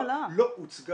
לא, לא, לא, עוזי.